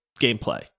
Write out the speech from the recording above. gameplay